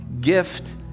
gift